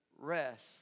rest